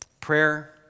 prayer